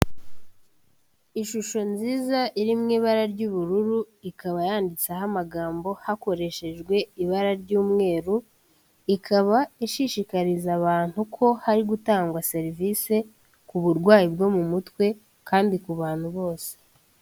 Ishusho nziza iri mu ibara ry'ubururu, ikaba yanditseho amagambo hakoreshejwe ibara ry'umweru, ikaba ishishikariza abantu ko hari gutangwa serivisi ku burwayi bwo mu mutwe kandi ku bantu bose.